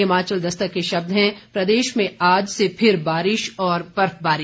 हिमाचल दस्तक के शब्द हैं प्रदेश में आज से फिर बारिश और बर्फबारी